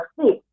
sleep